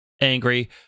angry